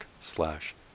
slash